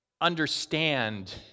understand